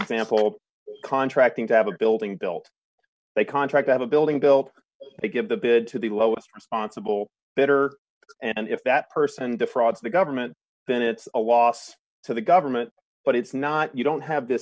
example contracting to have a building built they contract to have a building built they give the bid to the lowest responsible better and if that person defraud the government then it's a loss to the government but it's not you don't have th